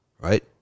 Right